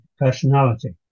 personality